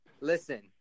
listen